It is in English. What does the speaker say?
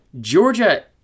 Georgia